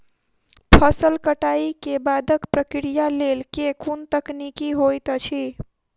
फसल कटाई केँ बादक प्रक्रिया लेल केँ कुन तकनीकी होइत अछि?